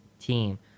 team